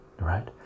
right